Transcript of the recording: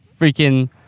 freaking